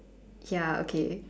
ya okay